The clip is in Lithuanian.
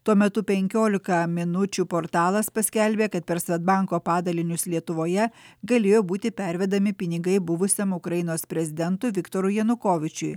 tuo metu penkiolika minučių portalas paskelbė kad per svedbanko padalinius lietuvoje galėjo būti pervedami pinigai buvusiam ukrainos prezidentui viktorui janukovyčiui